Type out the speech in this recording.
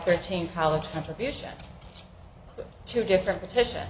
thirteen college contributions to different petition